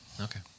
Okay